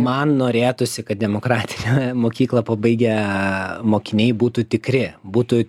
man norėtųsi kad demokratinę mokyklą pabaigę mokiniai būtų tikri būtų